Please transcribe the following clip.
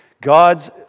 God's